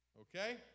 Okay